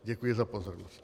Děkuji za pozornost.